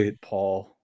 Paul